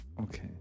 Okay